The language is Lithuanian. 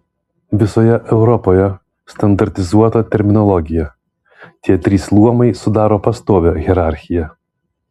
visoje europoje standartizuota terminologija tie trys luomai sudaro pastovią hierarchiją